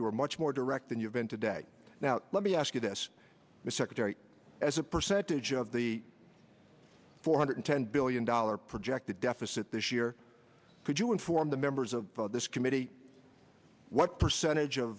you are much more direct than you have been today now let me ask you this is secretary as a percentage of the four hundred ten billion dollars projected deficit this year could you inform the members of this committee what percentage of